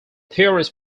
theories